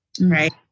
Right